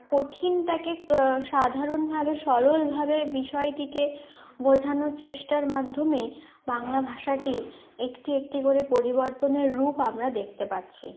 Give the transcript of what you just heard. কঠিনটাকে সাধারণভাবে সরলভাবে বিষয়টিকে বোঝানোর চেষ্টার মাধ্যমে বাংলা ভাষাটির একটি একটি করে পরিবর্তনের রূপ আমরা দেখতে পাচ্ছি